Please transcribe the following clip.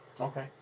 Okay